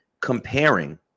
comparing